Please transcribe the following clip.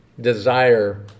desire